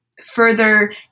further